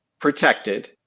protected